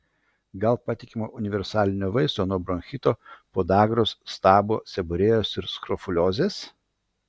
gal patikimo universalinio vaisto nuo bronchito podagros stabo seborėjos irgi skrofuliozės